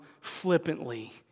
flippantly